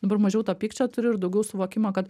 dabar mažiau to pykčio turiu ir daugiau suvokimo kad